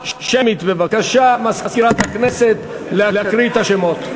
בבקשה, מזכירת הכנסת, להקריא את השמות.